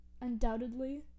undoubtedly